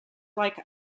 like